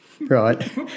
right